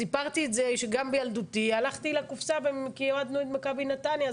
סיפרתי שגם בילדותי אהדנו את מכבי נתניה,